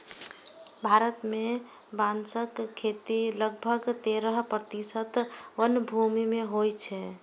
भारत मे बांसक खेती लगभग तेरह प्रतिशत वनभूमि मे होइ छै